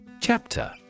Chapter